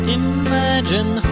imagine